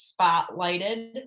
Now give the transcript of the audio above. spotlighted